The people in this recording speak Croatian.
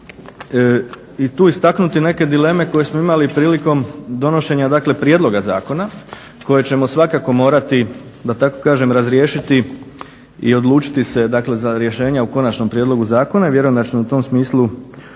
i tu istaknuti neke dileme koje smo imali prilikom donošenja prijedloga zakona koje ćemo svakako morati da tako kažem razriješiti i odlučiti se za rješenja u konačnom prijedlogu zakona i vjerujem da ćemo u tom smislu i